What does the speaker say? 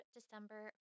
December